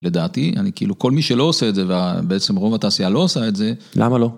לדעתי אני כאילו כל מי שלא עושה את זה בעצם רוב התעשייה לא עושה את זה. למה לא?